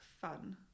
fun